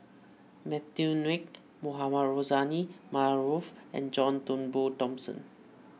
Matthew Ngui Mohamed Rozani Maarof and John Turnbull Thomson